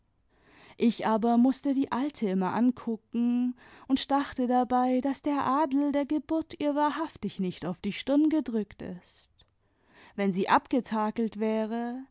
ich aber mußte die alte immer angucken und dachte dabei daß der adel der geburt ihr wahrhaftig nicht auf die stirn gedrückt ist wenn sie abgetakelt wäre